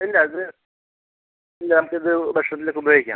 ഇല്ല അത് ഇല്ല നമുക്കിത് ഭക്ഷണത്തിലൊക്കെ ഉപയോഗിക്കാം